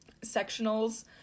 sectionals